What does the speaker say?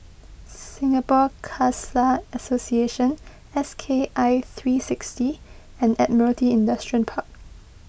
Singapore Khalsa Association S K I three sixty and Admiralty Industrial Park